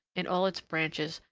in all its branches,